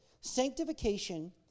sanctification